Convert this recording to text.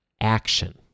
action